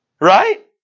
Right